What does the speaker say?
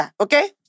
Okay